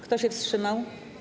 Kto się wstrzymał?